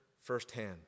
firsthand